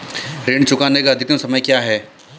ऋण चुकाने का अधिकतम समय क्या है?